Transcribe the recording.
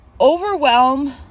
overwhelm